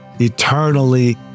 eternally